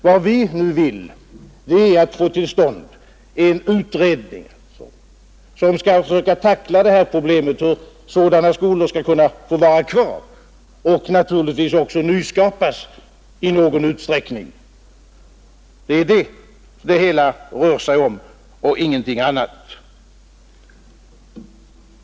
Vad vi nu vill är att få till stånd en utredning som skall försöka tackla problemet hur sådana skolor skall kunna vara kvar och naturligtvis också i någon utsträckning nyskapas. Det är vad det hela rör sig om och ingenting annat.